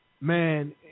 Man